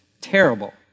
terrible